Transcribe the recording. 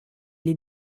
est